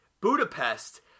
Budapest